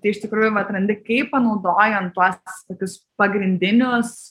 tai iš tikrųjų atrandi kaip panaudojant tuos tokius pagrindinius